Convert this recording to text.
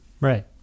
Right